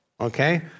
okay